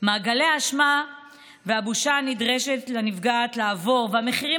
מעגלי האשמה והבושה שנדרשת הנפגעת לעבור והמחירים